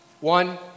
One